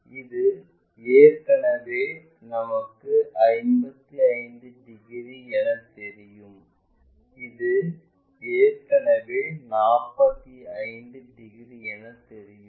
இது ஏற்கனவே நமக்கு 55 டிகிரி என தெரியும் இது ஏற்கனவே 45 டிகிரி என தெரியும்